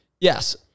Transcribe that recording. Yes